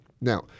Now